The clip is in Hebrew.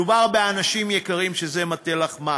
מדובר באנשים יקרים, שזה מטה לחמם,